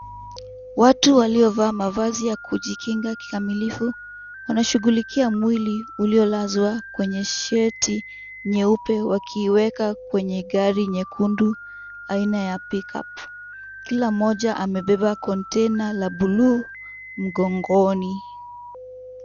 Watu waliovaa mavazi ya kujikinga kikamilifu wanashughulikia mwili uliolazwa kwenye shiti nyeupe wakiiweka kwenye gari nyekundu aina ya pick-up kila mmoja amebeba container la buluu mgongoni.